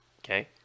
okay